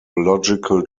logical